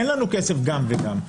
אין לנו כסף גם וגם.